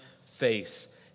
face